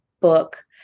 book